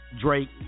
Drake